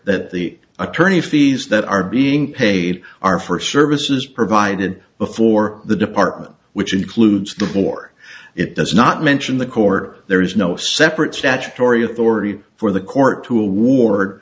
that the attorney fees that are being paid are for services provided before the department which includes the four it does not mention the court there is no separate statutory authority for the court to award